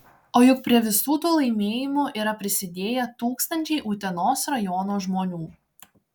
o juk prie visų tų laimėjimų yra prisidėję tūkstančiai utenos rajono žmonių